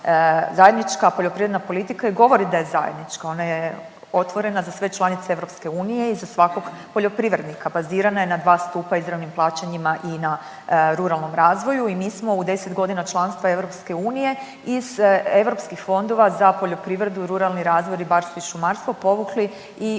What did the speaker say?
Zajednička poljoprivredna politika i govori da je zajednička, ona je otvorena za sve članice EU i za svakog poljoprivrednika, bazirana je na dva stupa izravnim plaćanjima i na ruralnom razvoju i mi smo u 10 godina članstva EU iz europskih fondova za poljoprivredu, ruralni razvoj, ribarstvo i šumarstvo povukli i